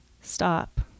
stop